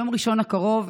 יום ראשון הקרוב,